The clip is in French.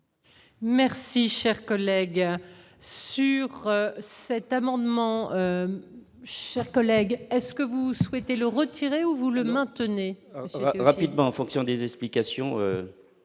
Merci, cher collègue sur cet amendement, chers collègues est-ce que vous souhaitez le retirer ou vous le maintenez. Rapidement, en fonction des explications